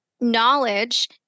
knowledge